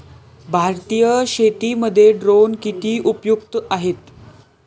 भारतीय शेतीमध्ये ड्रोन किती उपयुक्त आहेत?